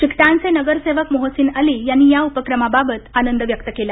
चिकटानचे समुपदेशक मोहसीन अली यांनी या उपक्रमाबाबत आनंद व्यक्त केला